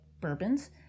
bourbons